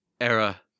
era